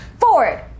Forward